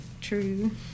True